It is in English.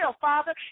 Father